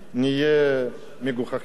נהיה מגוחכים.